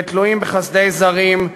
ותלויים בחסדי זרים,